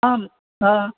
आं